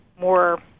more